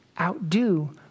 Outdo